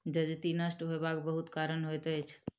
जजति नष्ट होयबाक बहुत कारण होइत अछि